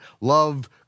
love